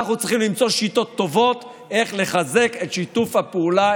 אנחנו צריכים למצוא שיטות טובות איך לחזק את שיתוף הפעולה,